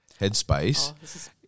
headspace